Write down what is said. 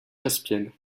caspienne